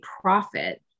profit